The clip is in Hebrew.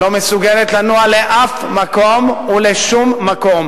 לא מסוגלת לנוע לאף מקום ולשום מקום.